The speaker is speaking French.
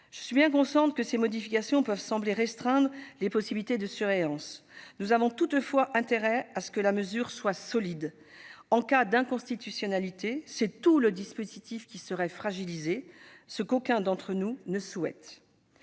Je suis bien consciente que ces changements peuvent sembler restreindre les possibilités de surveillance. Nous avons toutefois intérêt à ce que la mesure soit solide. En cas d'inconstitutionnalité en effet, c'est tout le dispositif qui serait fragilisé, ce qu'aucun d'entre nous ne souhaite.